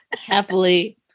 Happily